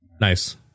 nice